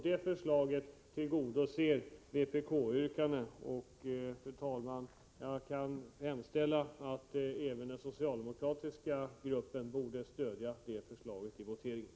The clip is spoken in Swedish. Det förslaget återfinns i vpk:s yrkande. Fru talman! Jag anmodar även den socialdemokratiska gruppen att stödja det förslaget vid voteringen.